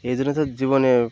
এই জন্য তো জীবনে